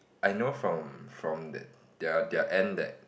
I know from from their their end that